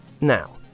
Now